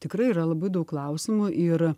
tikrai yra labai daug klausimų ir